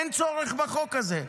אין צורך בחוק הזה.